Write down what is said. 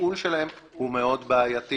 התפעול שלהן הוא מאוד בעייתי.